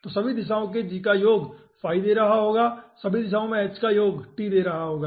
तो सभी दिशाओं के g का योग फाई दे रहा होगा और सभी दिशाओं में h का योग आपको t दे रहा होगा